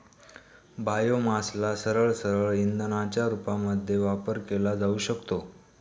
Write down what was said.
बायोमासला सरळसरळ इंधनाच्या रूपामध्ये वापर केला जाऊ शकतो